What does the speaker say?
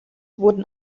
wurden